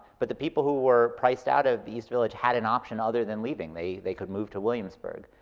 but the people who were priced out of the east village had an option other than leaving. they they could move to williamsburg.